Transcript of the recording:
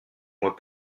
mois